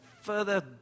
further